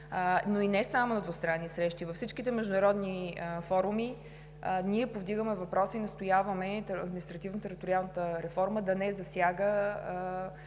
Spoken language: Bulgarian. то не само на двустранни срещи, а във всичките международни форуми ние повдигаме въпроса и настояваме административно-териториалната реформа да не засяга